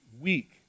week